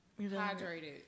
hydrated